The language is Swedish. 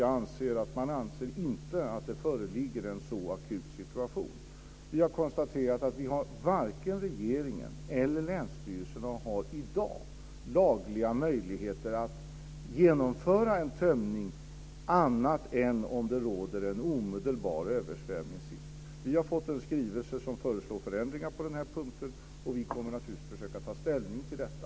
Jag anser därför inte att det föreligger en så akut situation. Varken regeringen eller länsstyrelserna har i dag lagliga möjligheter att ge tillstånd till en tömning, annat än om det råder en omedelbar översvämningsrisk. Vi har fått en skrivelse där man föreslår förändringar på den här punkten, och vi kommer naturligtvis att ta ställning till detta.